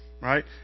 Right